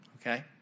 okay